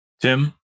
Tim